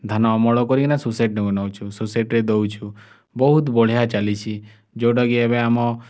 ଧାନ ଅମଳ କରିକିନା ସୋସାଇଟିକି ନେଉଛୁ ସୋସାଇଟିରେ ଦେଉଛୁ ବହୁତ ବଢ଼ିଆ ଚାଲିଛି ଯେଉଁଟା କି ଏବେ ଆମ